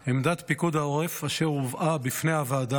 עמדת פיקוד העורף, אשר הובאה בפני הוועדה,